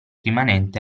rimanente